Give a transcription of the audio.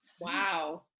wow